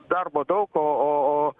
darbo daug o o o